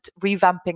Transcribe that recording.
revamping